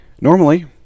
Normally